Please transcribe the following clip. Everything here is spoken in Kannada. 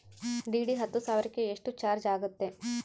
ಡಿ.ಡಿ ಹತ್ತು ಸಾವಿರಕ್ಕೆ ಎಷ್ಟು ಚಾಜ್೯ ಆಗತ್ತೆ?